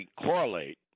correlate